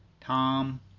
Tom